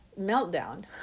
meltdown